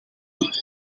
youth